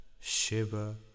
Shiva